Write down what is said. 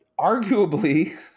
arguably